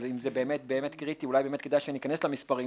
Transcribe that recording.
אבל אם זה באמת קריטי, אולי כדאי שניכנס למספרים.